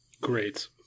Great